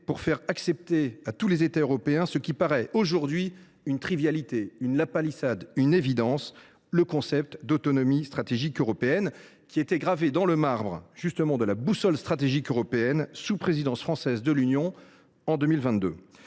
pour faire accepter à tous les États européens ce qui paraît aujourd’hui une trivialité, une lapalissade, une évidence : le concept d’autonomie stratégique européenne, qui a été gravé dans le marbre de la boussole stratégique européenne durant la présidence française de l’Union, en 2022